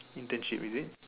internship is it